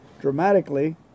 dramatically